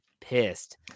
pissed